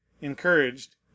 encouraged